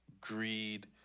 greed